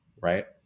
Right